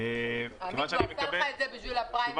ראשית,